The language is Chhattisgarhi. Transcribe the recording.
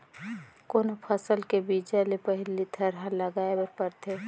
कोनो फसल के बीजा ले पहिली थरहा लगाए बर परथे